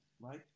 right